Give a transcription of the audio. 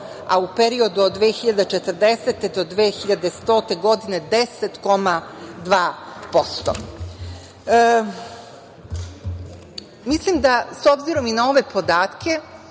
a u periodu od 2040. do 2100. godine 10,2%.S obzirom na ove podatke